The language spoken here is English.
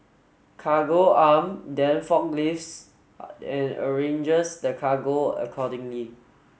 Cargo Arm then forklifts and arranges the cargo accordingly